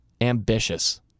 ambitious